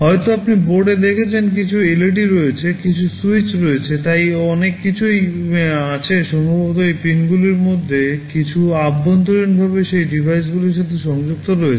হয়তো আপনি বোর্ডে দেখেছেন কিছু এলইডি রয়েছে কিছু সুইচ রয়েছে তাই অনেক কিছুই আছে সম্ভবত এই পিনগুলির মধ্যে কিছু অভ্যন্তরীণভাবে সেই ডিভাইসগুলির সাথে সংযুক্ত রয়েছে